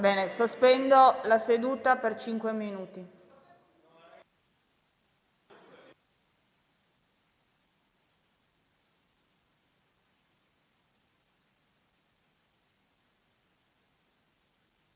Sospendo la seduta per cinque minuti.